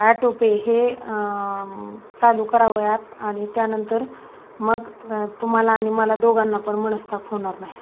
auto pay हे चालू करावं ॲप आणि त्यानंतर मग तुम्हाला आणि मला दोघांना पण मनस्ताप होणार नाही